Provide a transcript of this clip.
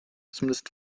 zumindest